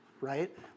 right